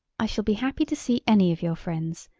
i shall be happy to see any of your friends,